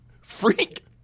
Freak